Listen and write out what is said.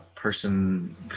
person